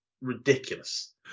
ridiculous